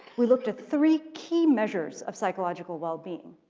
we looked at three key measures of psychological wellbeing,